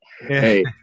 Hey